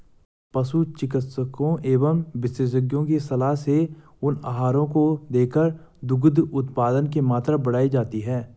पशु चिकित्सकों एवं विशेषज्ञों की सलाह से उन आहारों को देकर दुग्ध उत्पादन की मात्रा बढ़ाई जाती है